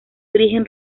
origen